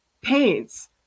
paints